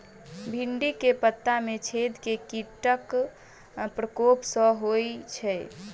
भिन्डी केँ पत्ता मे छेद केँ कीटक प्रकोप सऽ होइ छै?